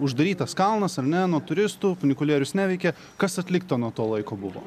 uždarytas kalnas ar ne nuo turistų funikulierius neveikia kas atlikta nuo to laiko buvo